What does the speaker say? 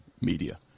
media